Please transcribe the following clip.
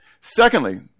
Secondly